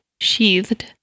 sheathed